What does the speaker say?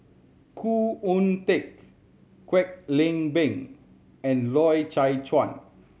Khoo Oon Teik Kwek Leng Beng and Loy Chye Chuan